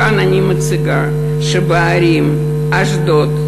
כאן אני מציגה שבערים אשדוד,